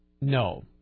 No